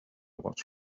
what